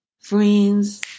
Friends